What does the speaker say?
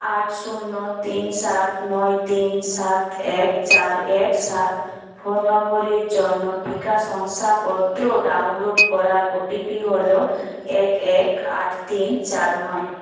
আট শূন্য তিন সাত নয় তিন সাত এক চার এক সাত ফোন নম্বরের জন্য টিকা শংসাপত্র ডাউনলোড করার ও টি পি হল এক এক আট তিন চার নয়